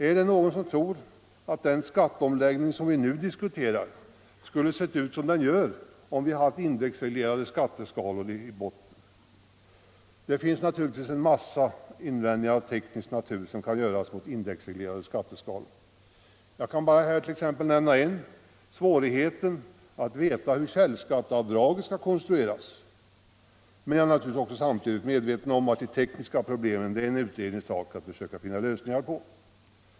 Är det någon som tror att den skatteomläggning som vi nu diskuterar skulle ha sett ut som den gör, om vi haft indexreglerade skatteskalor i bottnen? Det finns naturligtvis en massa invändningar av teknisk natur som kan göras mot indexreglerade skatteskalor. Jag skall här bara nämna en som exempel: svårigheten att veta hur källskatteavdraget skall konstrueras. Men jag är samtidigt medveten om att de tekniska problemen är det en utrednings sak att försöka finna lösningar på.